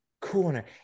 corner